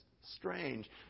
strange